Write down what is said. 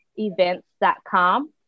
events.com